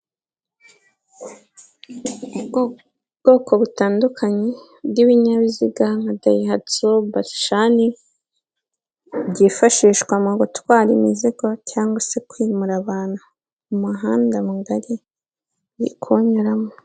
Ubwoko butandukanye, bw'ibinyabiziga nka dayihatso bacani, byifashishwa mu gutwara imizigo, cyangwa se kwimura abantu. Umuhanda mugari, iri kunyuramo.